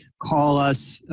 call us,